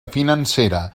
financera